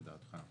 לדעתך?